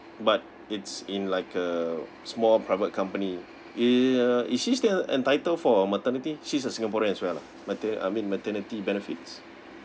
but it's in like a small private company is uh is she still entitle for a maternity she's a singaporean as well lah mater~ I mean maternity benefits